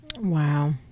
Wow